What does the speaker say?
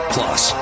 Plus